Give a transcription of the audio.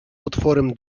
otworem